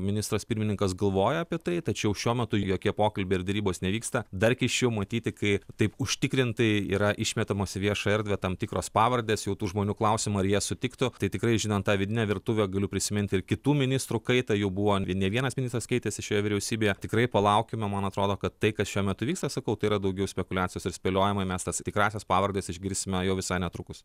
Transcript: ministras pirmininkas galvoja apie tai tačiau šiuo metu jokie pokalbiai ir derybos nevyksta dar keisčiau matyti kai taip užtikrintai yra išmetamos į viešą erdvę tam tikros pavardės jau tų žmonių klausiama ar jie sutiktų tai tikrai žinant tą vidinę virtuvę galiu prisiminti ir kitų ministrų kaita jų buvo ne vienas ministras keitėsi šioje vyriausybėje tikrai palaukime man atrodo kad tai kas šiuo metu vyksta sakau tai yra daugiau spekuliacijos ir spėliojimai mes tas tikrąsias pavardes išgirsime jau visai netrukus